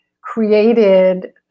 created